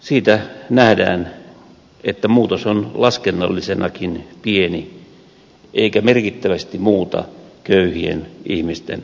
siitä nähdään että muutos on laskennallisenakin pieni eikä merkittävästi muuta köyhien ihmisten tilannetta